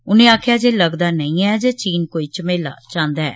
उनें आक्खेआ जे लगदा नेईं ऐ जे चीन कोई झमेला चांह्दा ऐ